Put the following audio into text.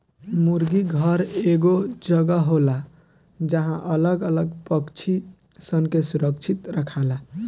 मुर्गी घर एगो जगह होला जहां अलग अलग पक्षी सन के सुरक्षित रखाला